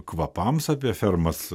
kvapams apie fermas